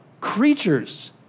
creatures